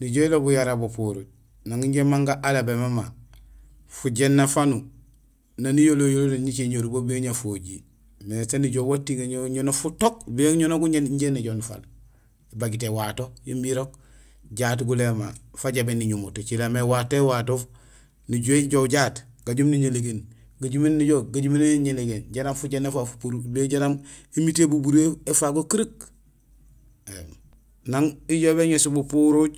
Nijool ilobul yara bupuruuj; nang Manga alobé mama, fujééna fanu nang niyolo yolo ñicé ñrubo ou bien ñafojiir; mais sén ijoow watiŋé ñoniyee futook ou bien ñono guñéén injé on néjoow nufaal; ibajut éwato imbi irok jaat gulé ma. Fajébéy niñumut écilaam mé éwato wato, nijuhé ijoow jaat, gajoom niñalagéén, gajuménum nijoow, gajuménum yaya injé néjoow jaraam fujééna fafu fupurul wala jaraam émiit yayu bumburum yo éfago kereek. Nang ijoow béŋéés bupuruuj